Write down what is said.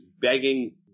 begging